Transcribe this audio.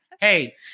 Hey